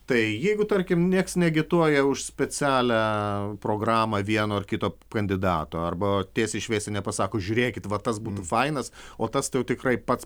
tai jeigu tarkim nieks neagituoja už specialią programą vieno ar kito kandidato arba tiesiai šviesiai nepasako žiūrėkit va tas būtų fainas o tas tai jau tikrai pats